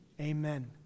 Amen